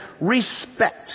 respect